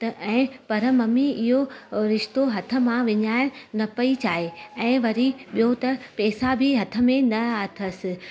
त ऐं पर मम्मी इहो रिश्तो हथ मां विञाइण न पई चाहे ऐं वरी ॿियो त पेसा बि हथ में न अथसि